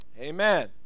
Amen